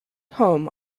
home